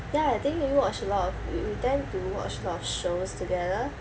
ya I think we watch a lot of we tend to watch a lot of shows together